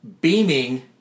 beaming